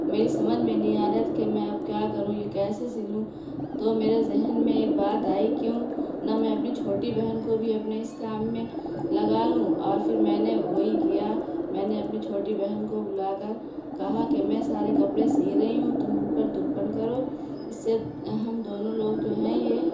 میری سمجھ میں نہیں آ رہا تھا کہ میں اب کیا کروں یہ کیسے سلوں تو میرے ذہن میں ایک بات آئی کیوں نا میں اپنی چھوٹی بہن کو بھی اپنے اس کام میں لگا لوں اور پھر میں نے وہی کیا میں نے اپنی چھوٹی بہن کو بلا کر کہا کہ میں سارے کپڑے سی رہی ہوں تم ان پر ترپن کرو اس سے ہم دونوں لوگ جو ہیں یہ